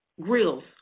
Grills